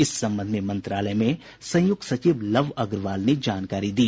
इस संबंध में मंत्रालय में संयुक्त सचिव लव अग्रवाल ने जानकारी दी